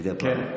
מדי פעם.